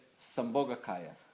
sambhogakaya